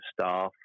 staff